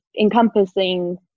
encompassing